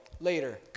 Later